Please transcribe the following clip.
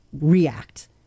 react